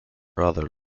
rather